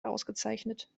ausgezeichnet